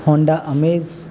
Honda Amaze